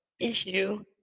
issue